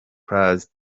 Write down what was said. plus